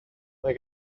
mae